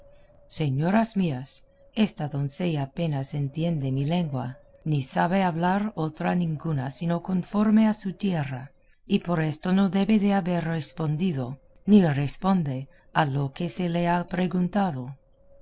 señoras mías esta doncella apenas entiende mi lengua ni sabe hablar otra ninguna sino conforme a su tierra y por esto no debe de haber respondido ni responde a lo que se le ha preguntado